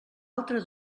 altre